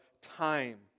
time